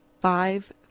five